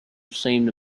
seemed